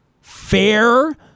fair